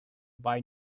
buy